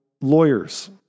lawyers